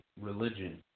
religion